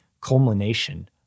culmination